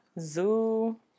Zoo